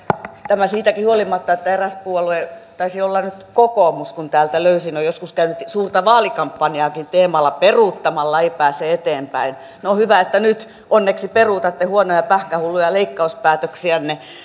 tämä siitäkin huolimatta että eräs puolue taisi olla kokoomus on joskus käynyt suurta vaalikampanjaakin teemalla peruuttamalla ei pääse eteenpäin no hyvä että nyt onneksi peruutatte huonoja pähkähulluja leikkauspäätöksiänne